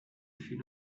fut